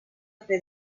fer